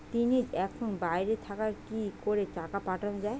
তিনি এখন বাইরে থাকায় কি করে টাকা পাঠানো য়ায়?